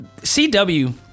CW